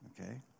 okay